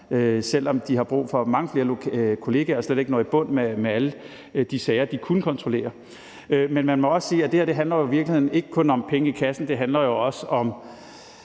selv om de har brug for mange flere kollegaer og slet ikke når i bund med alle de sager, de kunne kontrollere. Men man må også sige, at det her jo i virkeligheden ikke kun handler om penge i kassen, men også om